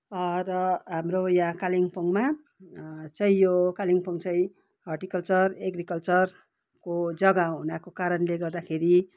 र हाम्रो यहाँ कालिम्पोङमा चाहिँ यो कालिम्पोङ चाहिँ हर्टिकल्चर एग्रिकल्चरको जग्गा हुनाको कारणले गर्दाखेरि